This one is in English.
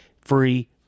free